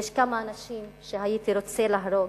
יש כמה אנשים שהייתי רוצה להרוג,